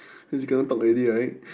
means cannot talk already right